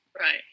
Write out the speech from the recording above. Right